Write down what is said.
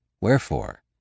Wherefore